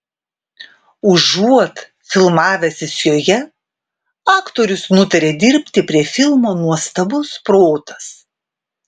užuot filmavęsis joje aktorius nutarė dirbti prie filmo nuostabus protas